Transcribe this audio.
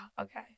okay